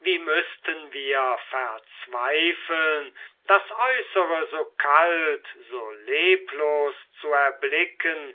wie müßten wir verzweifeln das äußere so kalt so leblos zu erblicken